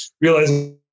realizing